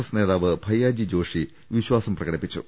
S നേതാവ് ഭയ്യാജി ജോഷി വിശ്വാസംപ്രകടിപ്പിച്ചു